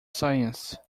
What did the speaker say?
science